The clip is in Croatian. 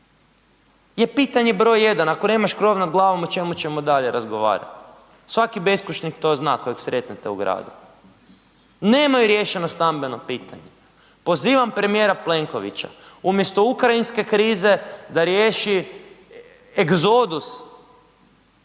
je pitanje broj 1, ako nemaš krov nad glavom o čemu ćemo dalje razgovarati. Svaki beskućnik to zna kojeg sretnete u gradu. Nemaju riješeno stambeno pitanje. Pozivam premijera Plenkovića, umjesto ukrajinske krize da riješi egzodus,